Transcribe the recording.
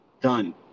done